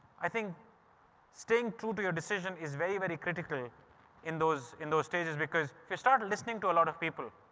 i think staying true to your decision is very, very critical in those in those stages, because if you start listening to a lot of people,